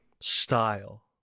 Style